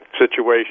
situation